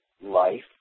life